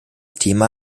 thema